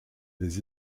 des